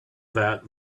that